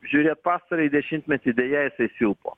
žiūrėt pastarąjį dešimtmetį deja jisai silpo